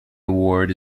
award